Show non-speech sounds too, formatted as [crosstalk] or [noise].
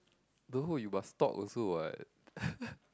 no you must talk also what [laughs]